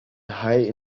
high